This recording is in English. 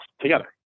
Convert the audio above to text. together